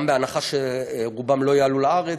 גם בהנחה שרובם לא יעלו לארץ.